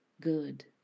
good